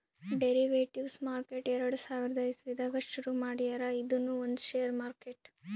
derivatives market ಎರಡ ಸಾವಿರದ್ ಇಸವಿದಾಗ್ ಶುರು ಮಾಡ್ಯಾರ್ ಇದೂನು ಒಂದ್ ಷೇರ್ ಮಾರ್ಕೆಟ್